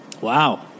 Wow